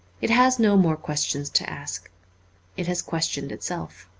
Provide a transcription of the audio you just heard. it has no more questions to ask it has questioned itself.